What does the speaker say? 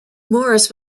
morris